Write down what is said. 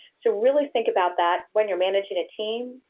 so really think about that when you're managing a team.